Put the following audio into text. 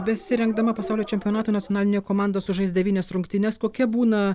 besirengdama pasaulio čempionatui nacionalinė komanda sužais devynias rungtynes kokia būna